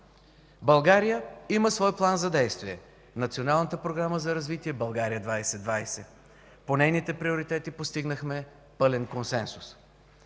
България има свой план за действие – Националната програма за развитие „България 2020”. По нейните приоритети постигнахме пълен консенсус.